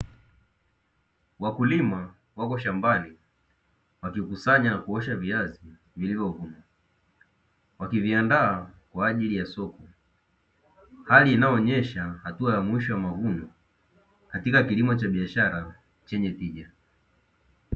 Wakulima wako shambani wakikukusanya na kuosha viazi vilivyovunwa, wakiviandaa kwa ajili ya soko hali inayoonyesha hatua ya mwisho ya mavuno, katika kilimo cha biashara chenye tija.